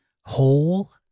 whole